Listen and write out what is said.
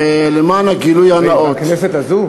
ולמען הגילוי הנאות, בכנסת הזאת?